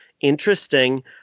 interesting